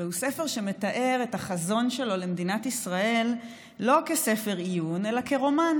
והוא ספר שמתאר את החזון שלו למדינת ישראל לא כספר עיון אלא כרומן.